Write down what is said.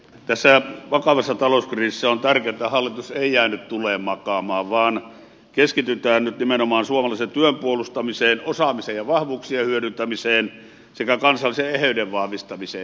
tässä vakavassa talouskriisissä on tärkeää että hallitus ei jää nyt tuleen makaamaan vaan keskitytään nimenomaan suomalaisen työn puolustamiseen osaamiseen ja vahvuuksien hyödyntämiseen sekä kansallisen eheyden vahvistamiseen